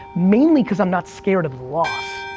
mainly cause i'm not scared of loss.